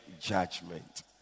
judgment